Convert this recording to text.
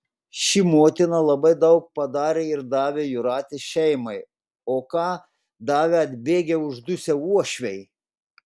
ši motina labai daug padarė ir davė jūratės šeimai o ką davė atbėgę uždusę uošviai